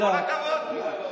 כל הכבוד.